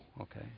Okay